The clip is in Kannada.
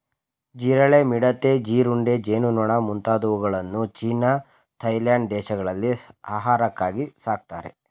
ಜಿರಳೆ, ಮಿಡತೆ, ಜೀರುಂಡೆ, ಜೇನುನೊಣ ಮುಂತಾದವುಗಳನ್ನು ಚೀನಾ ಥಾಯ್ಲೆಂಡ್ ದೇಶಗಳಲ್ಲಿ ಆಹಾರಕ್ಕಾಗಿ ಸಾಕ್ತರೆ